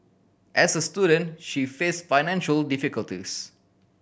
as a student she faced financial difficulties